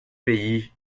pays